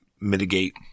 mitigate